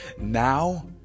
now